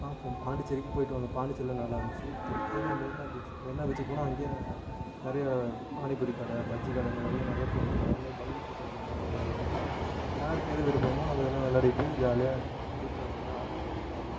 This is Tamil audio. பார்ப்போம் பாண்டிச்சேரிக்கு போய்விட்டு வந்தோம் பாண்டிச்சேரியில் நல்லா இருந்துச்சு அதே மாதிரி மெரினா பீச்சி மெரினா பீச்சிக்கு போனோம் அங்கேயும் நிறையா பானிப்பூரிக்கடை பஜ்ஜிக்கடை இந்த கடைலாம் நிறையா போட்டிருப்பாங்க அதே மாதிரி பலூன் சுடுற கேமெல்லாம் நிறையா இருக்கும் யாருக்கு எது விருப்பமோ அதெலாம் விளையாடிட்டு ஜாலியாக பீச்சில் கொஞ்சம் நேரம் ஆட்டம் போட்டுவிட்டு வரலாம்